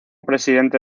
presidente